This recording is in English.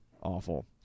Awful